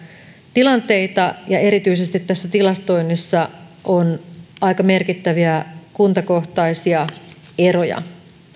tilanteita ja että erityisesti tässä tilastoinnissa on aika merkittäviä kuntakohtaisia eroja